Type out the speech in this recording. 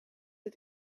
het